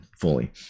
fully